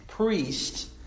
Priest